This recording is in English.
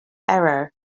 error